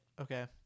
Okay